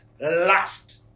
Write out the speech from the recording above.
last